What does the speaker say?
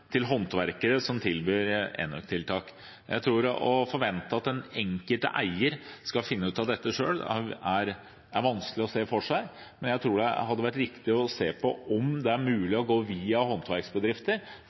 til håndverkere som tilbyr enøktiltak. Å forvente at den enkelte eier skal finne ut av dette selv, er vanskelig å se for seg, men jeg tror det hadde vært riktig å se på om det er